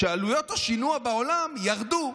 שעלויות השינוע בעולם ירדו.